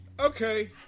Okay